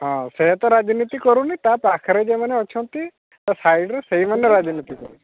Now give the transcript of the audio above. ହଁ ସେ ତ ରାଜନୀତି କରୁନି ତା' ପାଖରେ ଯେଉଁମାନେ ଅଛନ୍ତି ତା' ସାଇଡ଼ରେ ସେମାନେ ରାଜନୀତି କରୁ